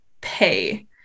pay